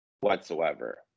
whatsoever